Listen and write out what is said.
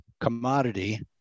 commodity